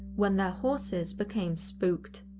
when their horses became spooked.